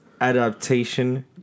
adaptation